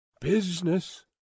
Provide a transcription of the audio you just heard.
business